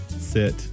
sit